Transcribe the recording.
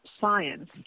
Science